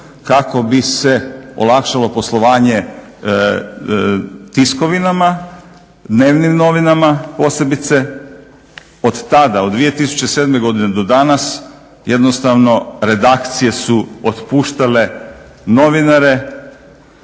kako bi se olakšalo poslovanje tiskovinama, dnevnim novinama posebice. Od tada, od 2007. godine do danas jednostavno redakcije su otpuštale novinare,